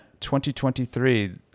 2023